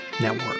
Network